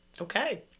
Okay